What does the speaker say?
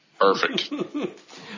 Perfect